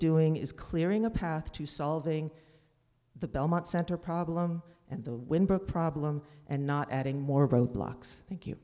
doing is clearing a path to solving the belmont center problem and the wind brooke problem and not adding more growth blocks thank you